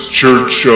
church